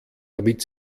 damit